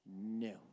No